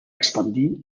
expandir